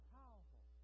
powerful